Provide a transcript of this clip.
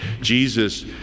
Jesus